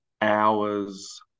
hours